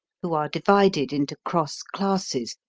who are divided into cross-classes,